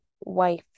wife